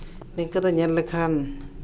ᱱᱤᱝᱠᱟᱹ ᱫᱚ ᱧᱮᱧ ᱞᱮᱠᱷᱟᱱ